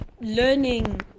learning